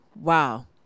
Wow